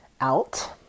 out